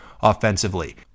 offensively